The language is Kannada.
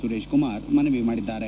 ಸುರೇಶ್ ಕುಮಾರ್ ಮನವಿ ಮಾಡಿದ್ದಾರೆ